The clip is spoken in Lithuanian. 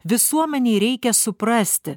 visuomenei reikia suprasti